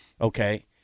Okay